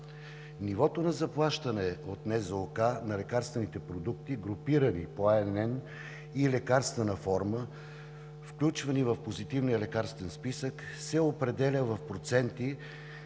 Нивото на заплащане от НЗОК на лекарствените продукти, групирани по INN и лекарствена форма, включвани в Позитивния лекарствен списък, се определя в проценти,